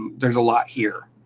there's a lot here.